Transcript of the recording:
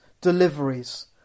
deliveries